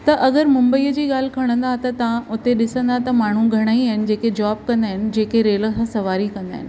त अगरि मुंबई जी ॻाल्हि खणंदा त तव्हां हुते ॾिसंदा त माण्हू घणाई आहिनि त जेके जॉब कंदा आहिनि जेके रेल खां सवारी कंदा आहिनि